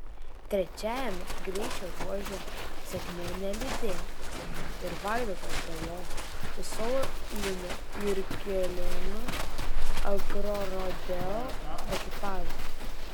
trečiajame greičio ruože sėkmė nelydėjo ir vaidoto žalos su sauliumi jurgelėnu agrorodeo ekipažo